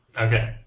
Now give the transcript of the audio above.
Okay